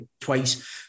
twice